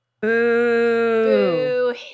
Boo